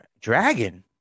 dragon